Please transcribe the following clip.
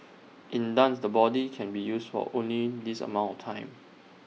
in dance the body can be used for only this amount of time